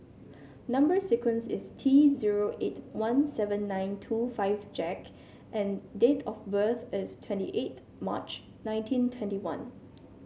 number sequence is T zero eight one seven nine two five Jack and date of birth is twenty eighth March nineteen twenty one